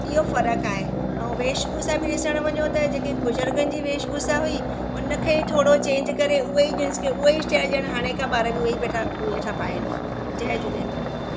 इहो फरक़ आहे ऐं वेषभूशा बि सभु ॾिसण वञो त हीअ जेकी बुजुर्गनि जी वेषभुशा हुई उनखे थोरो चेंग करे उहे मींस के उहेई स्टाइल ॼण हाणे जा ॿार बि उहेई वेठा वेठा पएन जय झूलेलाल